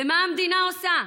ומה המדינה עושה?